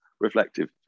reflective